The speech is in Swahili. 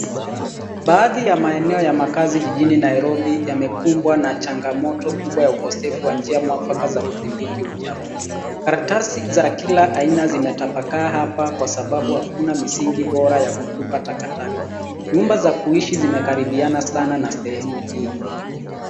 Baadhi ya maeneo ya makazi jijini Nairobi yamekumbwa na changamoto kubwa ya ukosefu wa njia mwafaka za kudhibiti uchafu. Karatasi za kila aina zimetapakaa hapa kwa sababu hakuna misingi bora ya kutupa takataka. Nyumba za kuishi zinakaribiana sana na sehemu hii.